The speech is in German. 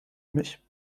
mich